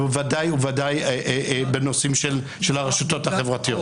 ובוודאי בנושאים של הרשתות החברתיות.